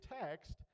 text